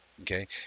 okay